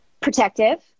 protective